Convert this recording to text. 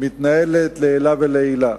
שמתנהלת לעילא ולעילא,